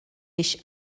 biex